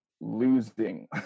losing